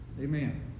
Amen